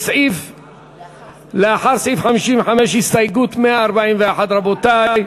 לאחר סעיף 55 הסתייגות 141. רבותי.